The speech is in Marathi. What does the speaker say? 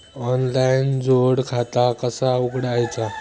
ऑनलाइन जोड खाता कसा उघडायचा?